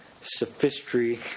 sophistry